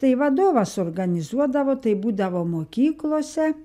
tai vadovas organizuodavo tai būdavo mokyklose